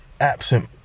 absent